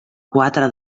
quatre